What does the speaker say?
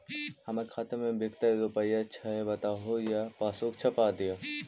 हमर खाता में विकतै रूपया छै बताबू या पासबुक छाप दियो?